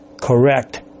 correct